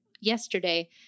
yesterday